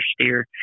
steer